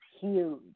huge